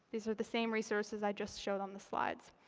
these are the same resources i just showed on the slides.